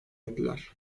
ettiler